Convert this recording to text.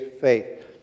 faith